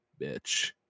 bitch